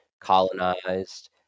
colonized